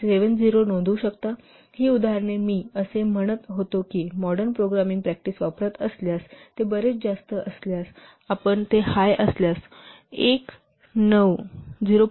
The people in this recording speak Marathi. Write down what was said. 70 नोंदवू शकता ही उदाहरणे मी असे म्हणत होतो की मॉडर्न प्रोग्रामिंग प्रॅक्टिस वापरत असल्यास आणि ते बरेच जास्त असल्यास तर आपण ते हाय असल्यास 1 0